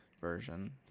version